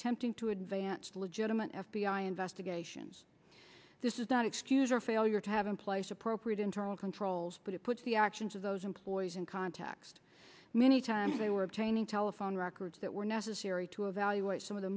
attempting to advance legitimate f b i investigations this is not excuse for failure to have in place appropriate internal controls but it puts the actions of those employees in context many times they were obtaining telephone records that were necessary to evaluate some of the